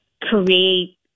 create